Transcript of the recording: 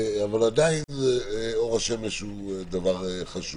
עדיין אור השמש הוא דבר חשוב.